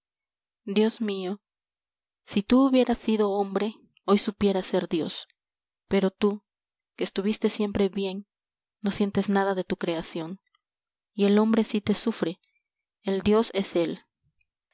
dios mío si tú hubieras sido hombre hoy supieras ser dios pero tú que estuviste siempre bien no sientes nada de tu creación y el hombre sí te ufie el dios es él